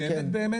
באמת,